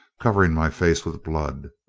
covering my face with blood.